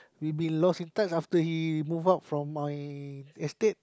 we been lost in touch after he move out from my estate